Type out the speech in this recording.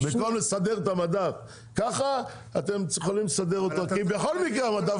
במקום לסדר את המדף ככה אתם יכולים לסדר אותו כי בכל מקרה המדף